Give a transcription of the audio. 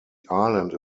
island